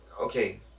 okay